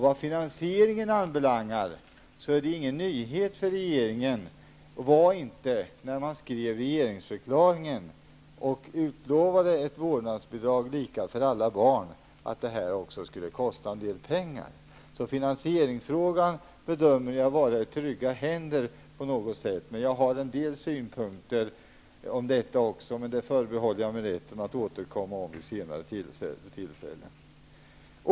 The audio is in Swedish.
Vad finansieringen anbelangar var det ingen nyhet för regeringen när regeringsförklaringen skrevs och man utlovade ett vårdnadsbidrag lika för alla barn att det också skulle kosta en del pengar. Jag bedömer att finansieringsfrågan är i trygga händer. Jag har en del synpunkter, men jag förbehåller mig rätten att återkomma till det vid ett senare tillfälle.